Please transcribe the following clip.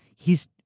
he's